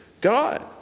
God